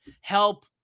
help